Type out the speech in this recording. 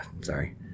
sorry